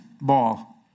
ball